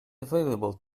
available